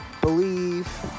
believe